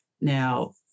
now